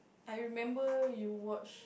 I remember you watch